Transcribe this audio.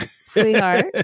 sweetheart